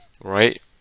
right